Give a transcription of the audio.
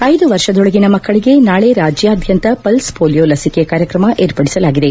ಐದು ವರ್ಷದೊಳಗಿನ ಮಕ್ಕಳಿಗೆ ನಾಳಿ ರಾಜ್ಯಾದ್ಯಂತ ಪಲ್ಸ್ ಪೋಲಿಯೊ ಲಸಿಕೆ ಕಾರ್ಯಕ್ರಮ ಏರ್ಪಡಿಸಲಾಗಿದೆ